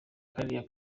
kariya